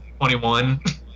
21